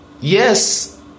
yes